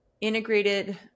integrated